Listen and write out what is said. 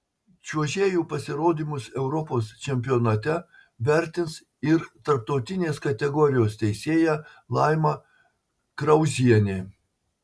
čiuožėjų pasirodymus europos čempionate vertins ir tarptautinės kategorijos teisėja laima krauzienė